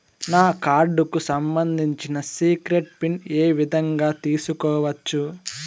నా కార్డుకు సంబంధించిన సీక్రెట్ పిన్ ఏ విధంగా తీసుకోవచ్చు?